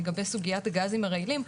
לגבי סוגיית הגזים הרעילים,